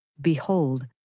Behold